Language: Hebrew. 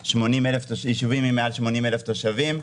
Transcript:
ישובים עם יותר מ-80,000 תושבים.